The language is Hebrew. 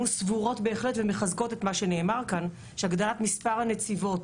אנו מחזקות את מה שנאמר כאן שהגדלת מספר הנציבות